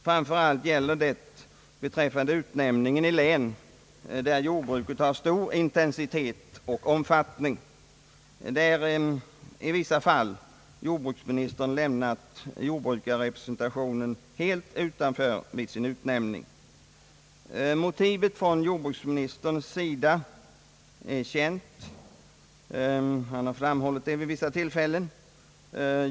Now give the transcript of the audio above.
Framför allt gäller det beträffande utnämningarna i län där jordbruket har stor intensitet och omfattning, där i vissa fall jordbruksministern lämnat jordbruksrepresentationen helt utanför vid sin utnämning. Motivet från jordbruksministerns sida är känt. Han har framhållit det vid flera tillfällen.